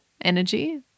energy